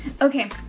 okay